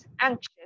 anxious